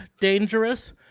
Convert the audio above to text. dangerous